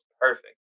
perfect